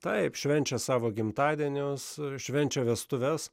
taip švenčia savo gimtadienius švenčia vestuves